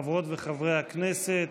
חברות וחברי הכנסת.